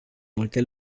multe